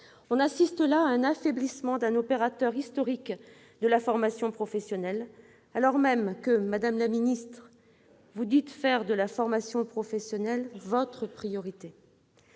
On assiste à un affaiblissement d'un opérateur historique de la formation professionnelle, alors même, madame la ministre, que vous prétendez faire de la formation professionnelle votre priorité.